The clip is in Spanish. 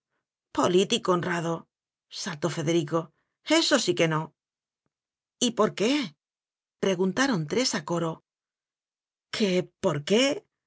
político honrado saltó federico eso sí que no y por qué preguntaron tres a coro que por qué